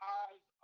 eyes